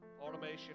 Automation